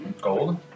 gold